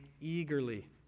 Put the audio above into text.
eagerly